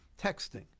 texting